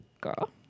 girl